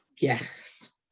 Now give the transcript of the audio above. Yes